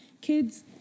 kids